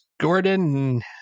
Gordon